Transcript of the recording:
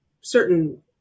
certain